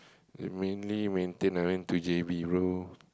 uh mainly maintain I went to J_B bro